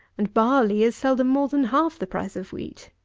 and barley is seldom more than half the price of wheat.